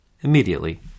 immediately